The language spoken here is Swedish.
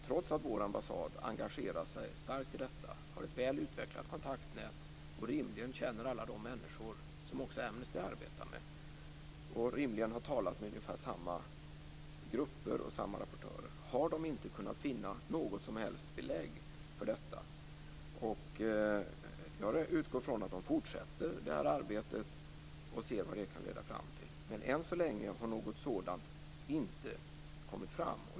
Trots att vår ambassad engagerat sig starkt i detta, har ett väl utvecklat kontaktnät, rimligen känner alla de människor som också Amnesty arbetar med och rimligen har talat med samma grupper och samma rapportörer har de inte kunnat finna något som helst belägg för detta. Jag utgår från att man fortsätter det här arbetet och ser vad det kan leda fram till. Men än så länge har något sådant inte kommit fram.